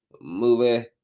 movie